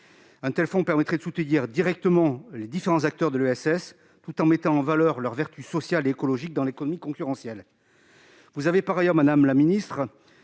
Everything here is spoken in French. structure permettrait de soutenir directement les différents acteurs de l'ESS, tout en mettant en valeur leurs vertus sociales et écologiques dans l'économie concurrentielle. Par ailleurs, vous avez